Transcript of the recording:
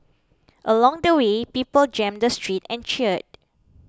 along the way people jammed the streets and cheered